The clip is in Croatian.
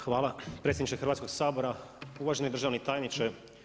Hvala predsjedniče Hrvatskog sabora, uvaženi državni tajniče.